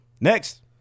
Next